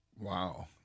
Wow